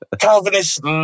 Calvinist